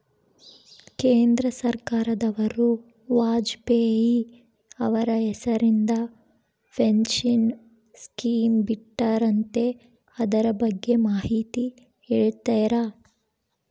ಕೇಂದ್ರ ಸರ್ಕಾರದವರು ವಾಜಪೇಯಿ ಅವರ ಹೆಸರಿಂದ ಪೆನ್ಶನ್ ಸ್ಕೇಮ್ ಬಿಟ್ಟಾರಂತೆ ಅದರ ಬಗ್ಗೆ ಮಾಹಿತಿ ಹೇಳ್ತೇರಾ?